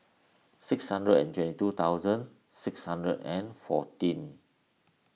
six hundred and twenty two thousand six hundred and fourteen